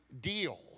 deal